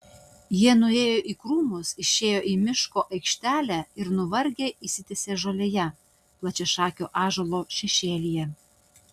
jie nuėjo į krūmus išėjo į miško aikštelę ir nuvargę išsitiesė žolėje plačiašakio ąžuolo šešėlyje